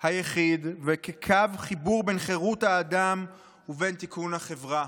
היחיד וכקו חיבור בין חירות האדם ובין תיקון החברה".